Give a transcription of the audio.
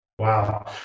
Wow